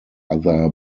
other